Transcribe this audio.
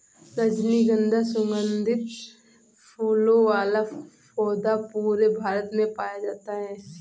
रजनीगन्धा सुगन्धित फूलों वाला पौधा पूरे भारत में पाया जाता है